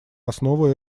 основу